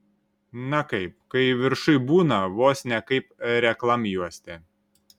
na kaip kai viršuj būna vos ne kaip reklamjuostė